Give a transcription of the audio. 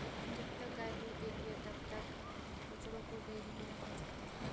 जब तक गाय दूध देती है तब तक बछड़ों को डेयरी में रखा जाता है